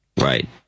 right